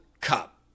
Cup